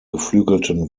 geflügelten